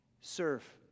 Serve